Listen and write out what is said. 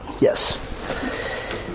Yes